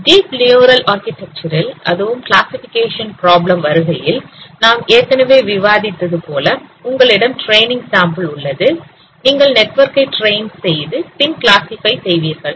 deep neural architecture ல் அதுவும் classification problem வருகையில் நாம் ஏற்கனவே விவாதித்தது போல உங்களிடம் ட்ரெய்னிங் சாம்பிள் உள்ளது நீங்கள் நெட்வொர்க்கை டிரெயின் செய்து பின் கிளாசிஃபை செய்வீர்கள்